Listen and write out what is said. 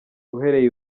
uhereye